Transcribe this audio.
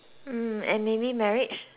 maybe marriage hmm